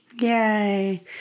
Yay